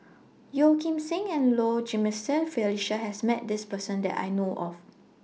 Yeo Kim Seng and Low Jimenez Felicia has Met This Person that I know of